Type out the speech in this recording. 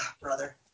Brother